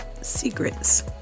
Secrets